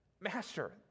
master